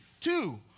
Two